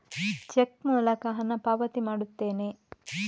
check ಮೂಲಕ ಹಣ ಪಾವತಿ ಮಾಡುತ್ತೇನೆ